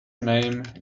name